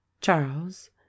Charles